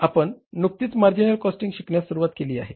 आपण नुकतीच marginal costing शिकण्यास सुरुवात केली आहे